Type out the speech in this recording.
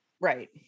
right